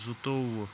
زٕ توو وُہ